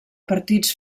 partits